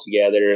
together